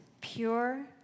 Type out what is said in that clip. pure